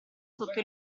sotto